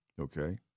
Okay